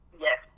Yes